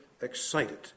excited